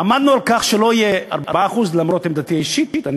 עמדנו על כך שלא יהיה 4%. למרות עמדתי האישית,